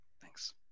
Thanks